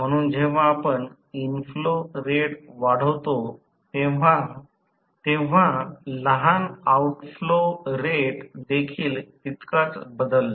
म्हणून जेव्हा आपण इनफ्लो रेट वाढवतो तेव्हा लहान आउटफ्लो रेट देखील तितकाच बदलला